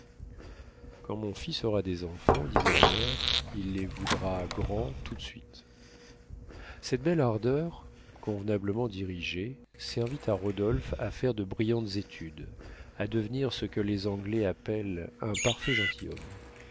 quand mon fils aura des enfants disait la mère il les voudra grands tout de suite cette belle ardeur convenablement dirigée servit à rodolphe à faire de brillantes études à devenir ce que les anglais appellent un parfait gentilhomme